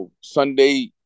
Sunday